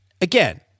Again